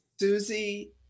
Susie